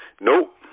nope